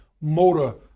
motor